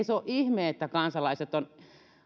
se ole ihme että kansalaiset ovat